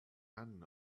ran